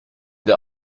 der